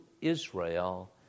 Israel